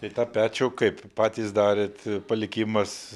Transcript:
tai tą pečių kaip patys darėt palikimas